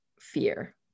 fear